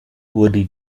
wurde